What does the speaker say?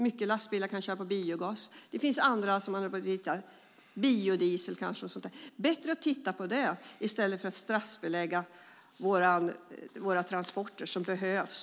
Många lastbilar kan köra på biogas. Det finns också annat som man tittar på - biodiesel och sådant. Det är bättre att titta på sådant än att straffbelägga våra transporter som behövs.